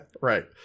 Right